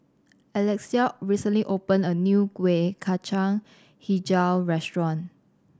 Alexia recently opened a new Kueh Kacang Hijau restaurant